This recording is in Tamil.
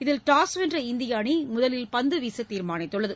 இதில் டாஸ் வென்ற இந்திய அணி முதலில் பந்து வீச தீர்மானித்துள்ளது